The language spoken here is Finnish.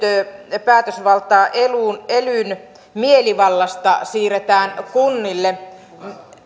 päätösvaltaa elyn mielivallasta siirretään kunnille